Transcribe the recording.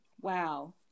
Wow